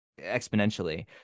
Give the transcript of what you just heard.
exponentially